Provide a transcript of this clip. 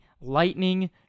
lightning